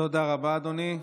תודה רבה, אדוני.